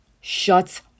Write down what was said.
shuts